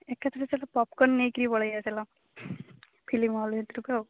ଏକାଥରେ ଚାଲ ପପକର୍ନ ନେଇକରି ପଳେଇବା ଚାଲ ଫିଲ୍ମ ହଲ୍ ଭିତରକୁ ଆଉ